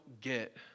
get